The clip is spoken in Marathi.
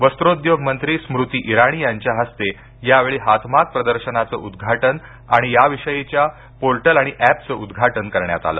वस्त्रोद्योग मंत्री स्मृती इराणी यांच्या हस्ते यावेळी हातमाग प्रदर्शनाचं उद्घाटन आणि याविषयीच्या पोर्टल आणि एपचं उद्घाटन करण्यात आलं